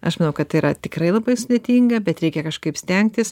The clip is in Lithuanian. aš manau kad yra tikrai labai sudėtinga bet reikia kažkaip stengtis